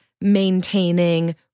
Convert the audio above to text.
maintaining